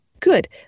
good